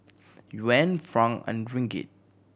Yuan franc and Ringgit